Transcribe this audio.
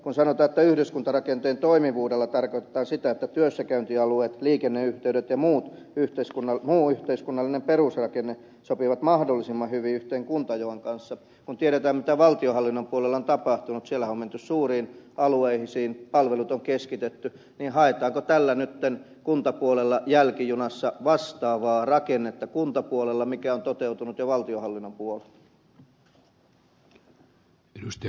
kun sanotaan että yhdyskuntarakenteen toimivuudella tarkoitetaan sitä että työssäkäyntialueet liikenneyhteydet ja muu yhteiskunnallinen perusrakenne sopivat mahdollisimman hyvin yhteen kuntajaon kanssa ja kun tiedetään mitä valtionhallinnon puolella on tapahtunut siellähän on menty suuriin alueisiin palvelut on keskitetty niin haetaanko tällä nyt jälkijunassa vastaavaa rakennetta kuntapuolella mikä on toteutunut jo valtionhallinnon puolella